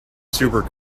super